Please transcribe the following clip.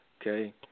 Okay